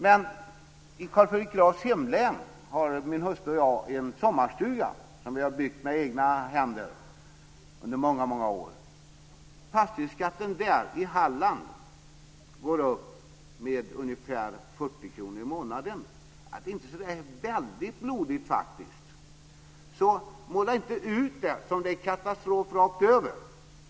Men i Carl Fredrik Grafs hemlän har min hustru och jag en sommarstuga som vi har byggt med egna händer under många år. Fastighetsskatten där, i Halland, går upp med ungefär 40 kr i månaden. Det är faktiskt inte så väldigt blodigt. Så måla inte ut det som att det är katastrof rakt över!